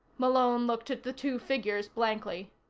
malone looked at the two figures blankly.